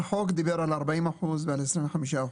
החוק דיבר על 40% ועל 25%,